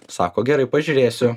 sako gerai pažiūrėsiu